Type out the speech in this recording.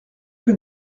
que